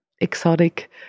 exotic